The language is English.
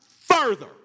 further